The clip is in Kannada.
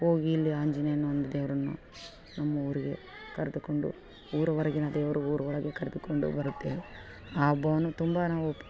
ಹೋಗಿ ಇಲ್ಲಿ ಆಂಜನೇಯನ ಒಂದು ದೇವರನ್ನ ನಮ್ಮೂರಿಗೆ ಕರೆದುಕೊಂಡು ಊರು ಹೊರಗಿನ ದೇವರು ಊರು ಒಳಗೆ ಕರೆದುಕೊಂಡು ಬರುತ್ತೇವೆ ಆ ಹಬ್ಬವನ್ನು ತುಂಬ ನಾವು